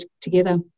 together